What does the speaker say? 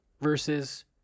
versus